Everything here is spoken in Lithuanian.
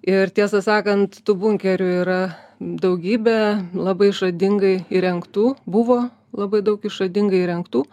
ir tiesą sakant tų bunkerių yra daugybė labai išradingai įrengtų buvo labai daug išradingai įrengtų